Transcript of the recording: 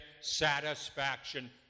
satisfaction